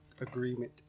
agreement